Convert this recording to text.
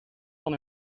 van